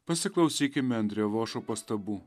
pasiklausykime andre vošo pastabų